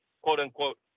quote-unquote